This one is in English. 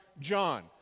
John